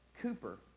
Cooper